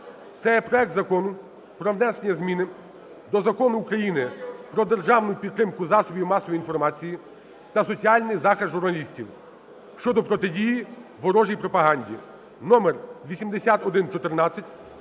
Це є проект Закону про внесення зміни до Закону України "Про державну підтримку засобів масової інформації та соціальний захист журналістів" (щодо протидії ворожій пропаганді) (№ 8114).